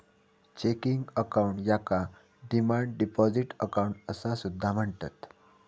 checking account याका demand deposit account असा सुद्धा म्हणतत